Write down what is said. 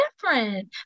different